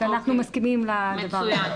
ואנחנו מסכימים לדבר הזה מצוין.